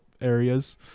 areas